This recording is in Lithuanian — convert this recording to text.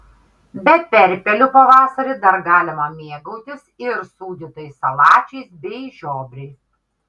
be perpelių pavasarį dar galima mėgautis ir sūdytais salačiais bei žiobriais